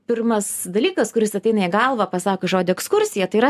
pirmas dalykas kuris ateina į galvą pasakius žodį ekskursija tai yra